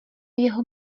jeho